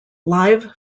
live